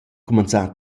cumanzà